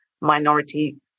minority